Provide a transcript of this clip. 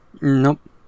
nope